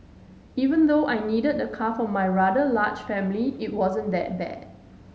even though I needed the car for my rather large family it wasn't that bad